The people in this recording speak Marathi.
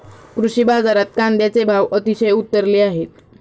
कृषी बाजारात कांद्याचे भाव अतिशय उतरले आहेत